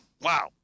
Wow